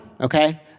okay